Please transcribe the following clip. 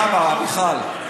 כמה, מיכל?